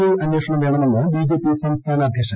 I അന്വേഷണം വേണമെന്ന് BJP സംസ്ഥാന അദ്ധ്യക്ഷൻ